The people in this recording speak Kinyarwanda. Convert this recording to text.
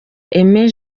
aimée